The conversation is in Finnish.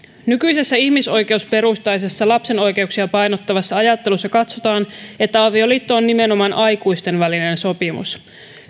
nykyisessä ihmisoikeusperusteisessa lapsen oikeuksia painottavassa ajattelussa katsotaan että avioliitto on nimenomaan aikuisten välinen sopimus